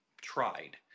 tried